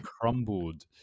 crumbled